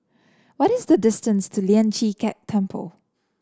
what is the distance to Lian Chee Kek Temple